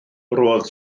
roedd